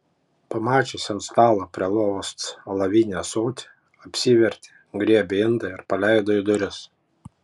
pamačiusi ant stalo prie lovos alavinį ąsotį apsivertė griebė indą ir paleido į duris